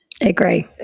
agree